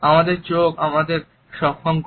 আমাদের চোখ আমাদের সক্ষম করে